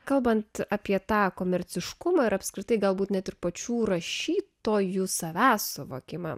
kalbant apie tą komerciškumą ir apskritai galbūt net ir pačių rašytojų savęs suvokimą